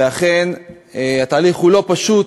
ואכן התהליך הוא לא פשוט,